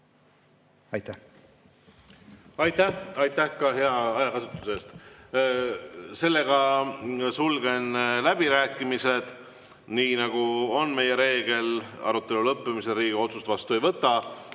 Aitäh! Aitäh ka hea ajakasutuse eest! Sulgen läbirääkimised. Nii nagu on meie reegel, arutelu lõppemisel Riigikogu otsust vastu ei võta.